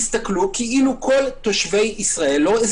תסתכלו כאילו תושבי אזרחי מדינת ישראל שימו לב: לא תושבים